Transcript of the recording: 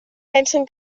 pensen